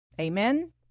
Amen